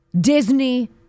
Disney